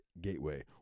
gateway